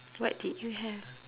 what did you have